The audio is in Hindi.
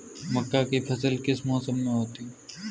मक्का की फसल किस मौसम में होती है?